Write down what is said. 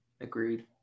Agreed